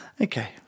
Okay